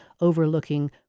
overlooking